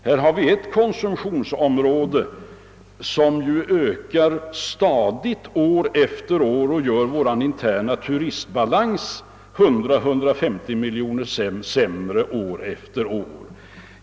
Här har vi ett konsumtionsområde som ökar stadigt år efter år och gör vår interna turistbalans 100 till 150 miljoner kronor sämre för varje år.